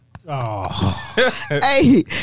Hey